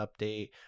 update